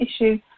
issue